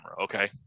okay